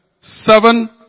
seven